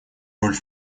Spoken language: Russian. роль